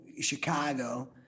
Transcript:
Chicago